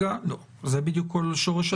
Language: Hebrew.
זה בדיוק כל שורש הדיון.